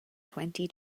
twenty